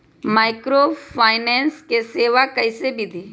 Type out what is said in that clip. Microfinance के सेवा कइसे विधि?